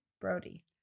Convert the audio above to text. Brody